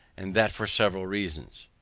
and that for several reasons.